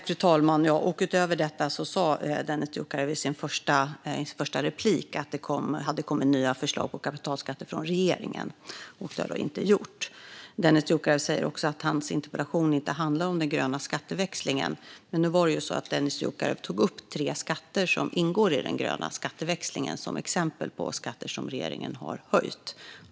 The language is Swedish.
Fru talman! Utöver detta sa Dennis Dioukarev i sitt första inlägg att det hade kommit nya förslag på kapitalskatter från regeringen, och det har det inte gjort. Dennis Dioukarev säger också att hans interpellation inte handlar om den gröna skatteväxlingen. Men nu tog Dennis Dioukarev upp tre skatter som ingår i den gröna skatteväxlingen som exempel på skatter som regeringen har höjt.